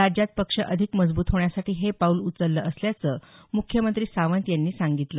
राज्यात पक्ष अधिक मजबूत होण्यासाठी हे पाऊल उचललं असल्याचं मुख्यमंत्री सावंत यांनी सांगितलं